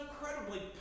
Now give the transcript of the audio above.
incredibly